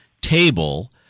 table